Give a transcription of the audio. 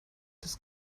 des